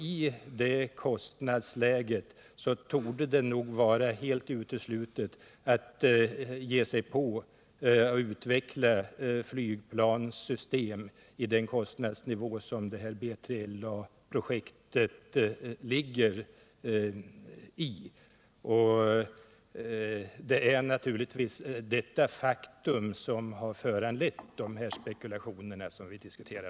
I detta läge torde det nog vara helt uteslutet att vi skulle kunna ge oss på att utveckla flygplanssystem på den kostnadsnivå där B3LA-projektet ligger. Detta faktum har naturligtvis föranlett de spekulationer som vi nu diskuterar.